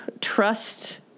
trust